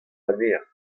anezhañ